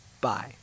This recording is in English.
Bye